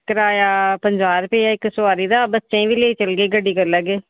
किराया पंजाहं रपे ऐ इक्क सोआरी दा बच्चें ई बी लेई चलगे गड्डी करी लैगे